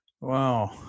Wow